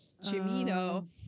Chimino